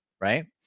right